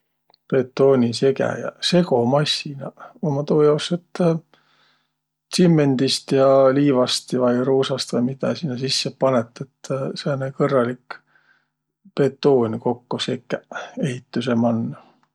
Betoonisegäjäq, segomassinaq ummaq tuujaos, et tsimmendist ja liivast vai ruusast vai midä sinnäq sisse panõt, et sääne kõrralik betuun kokko sekäq ehitüse man.